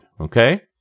Okay